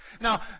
Now